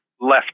left